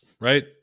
right